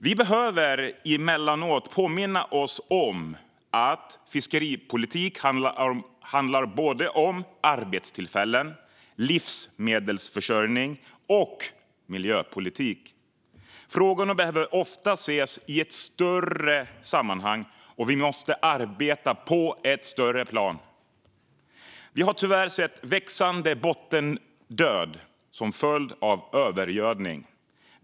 Vi behöver emellanåt påminna oss om att fiskeripolitik handlar om både arbetstillfällen, livsmedelsförsörjning och miljöpolitik. Frågorna behöver ofta ses i ett större sammanhang, och vi måste arbeta på ett större plan. Vi har tyvärr sett växande bottendöd som följd av övergödning.